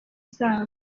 zabo